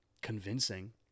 convincing